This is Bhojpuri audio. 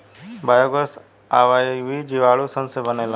बायोगैस अवायवीय जीवाणु सन से बनेला